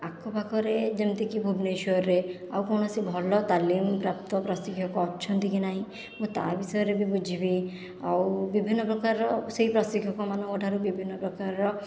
ଆଖପାଖରେ ଯେମିତିକି ଭୁବନେଶ୍ୱରରେ ଆଉ କୌଣସି ଭଲ ତାଲିମପ୍ରାପ୍ତ ପ୍ରଶିକ୍ଷକ ଅଛନ୍ତି କି ନାହିଁ ମୁଁ ତା ବିଷୟରେ ବି ବୁଝିବି ଆଉ ବିଭିନ୍ନ ପ୍ରକାରର ସେହି ପ୍ରଶିକ୍ଷକମାନଙ୍କଠାରୁ ବିଭିନ୍ନ ପ୍ରକାରର